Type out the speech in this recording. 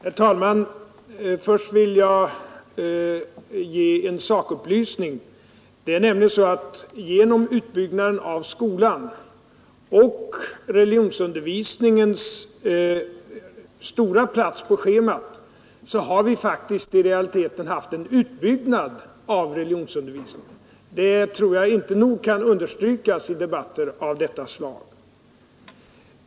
18 januari 1973 Herr talman! Först vill jag ge en sakupplysning. Genom utbyggnaden = Ang. religionsunderav skolan och religionsundervisningens stora plats på schemat har vi i = visningen i grundrealiteten fått en utökning av religionsundervisningen. Det tror jag inte — skolan nog kan understrykas i debatter av detta slag.